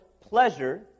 pleasure